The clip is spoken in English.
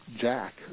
Jack